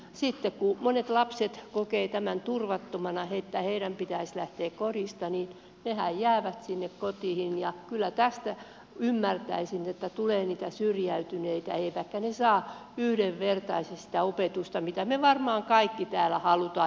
sitten kun monet lapset kokevat tämän turvattomana että heidän pitäisi lähteä kodista niin hehän jäävät sinne kotiin ja kyllä tästä ymmärtäisin tulee syrjäytyneitä eivätkä he saa yhdenvertaisesti opetusta vaikka sitä me varmaan kaikki täällä haluamme